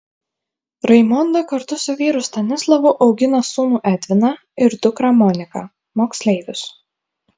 raimonda kartu su vyru stanislavu augina sūnų edviną ir dukrą moniką moksleivius